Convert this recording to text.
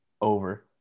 over